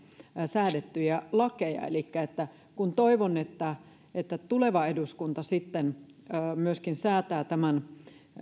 säädettyjä lakeja elikkä kun toivon että että tuleva eduskunta sitten säätää myöskin